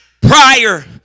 prior